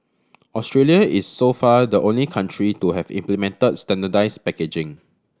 Australia is so far the only country to have implemented standardised packaging